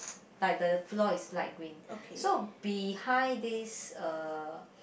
like the floor is light green so behind this uh